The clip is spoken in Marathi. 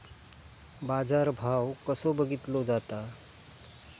बाजार भाव कसो बघीतलो जाता?